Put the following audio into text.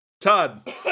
Todd